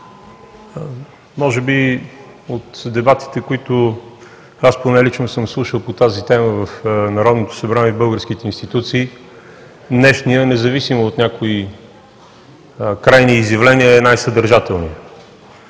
Може би от дебатите, които аз поне лично съм слушал по тази тема в Народното събрание и българските институции, днешният, независимо от някои крайни изявления, е най-съдържателният,